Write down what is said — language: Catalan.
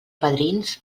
padrins